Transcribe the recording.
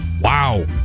Wow